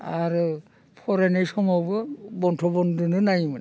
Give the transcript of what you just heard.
आरो फरायनाय समावबो बन्थ' बनदोनो नायोमोन